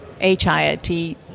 HIIT